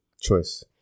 choice